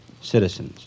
citizens